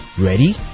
Ready